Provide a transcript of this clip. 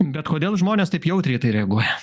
bet kodėl žmonės taip jautriai reaguoja